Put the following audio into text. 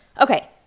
okay